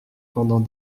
pendant